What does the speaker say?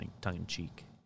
tongue-in-cheek